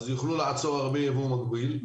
אז יוכלו לעצור הרבה ייבוא מקביל.